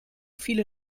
viele